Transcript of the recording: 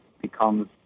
becomes